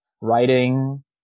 writing